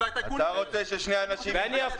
ואם אני אאלץ אותך?